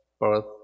birth